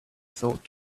thought